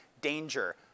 danger